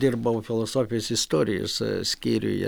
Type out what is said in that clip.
dirbau filosofijos istorijos skyriuje